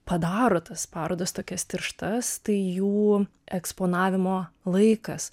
padaro tas parodas tokias tirštas tai jų eksponavimo laikas